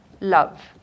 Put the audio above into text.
love